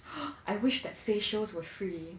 I wish that facials were free